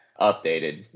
updated